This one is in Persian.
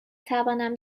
توانم